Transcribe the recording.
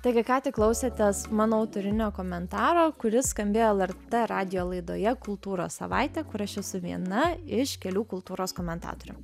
taigi ką tik klausėtės mano auturinio komentaro kuris skambėjo lrt radijo laidoje kultūros savaitė kur aš esu viena iš kelių kultūros komentatorių